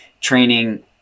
training